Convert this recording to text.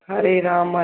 Hare Ram